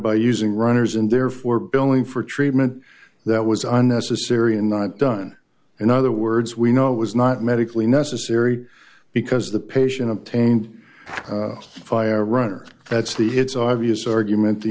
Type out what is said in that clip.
by using runners and therefore billing for treatment that was unnecessary and not done in other words we know it was not medically necessary because the patient obtained fire runner that's the his obvious argument the